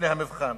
במבנה המבחן.